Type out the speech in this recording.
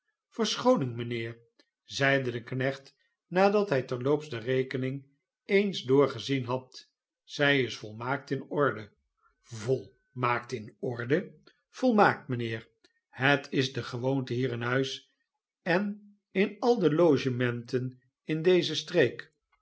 verschooning mynheer zeide de knecht nadat hij terloops de rekening eens doorgezien had zij is volmaakt in orde volmaakt in orde v volmaakt mijnheer het is de gewoonte hier in huis en in al de logementen in deze streek